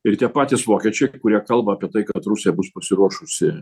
ir tie patys vokiečiai kurie kalba apie tai kad rusija bus pasiruošusi